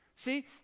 See